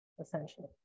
essentially